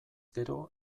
gero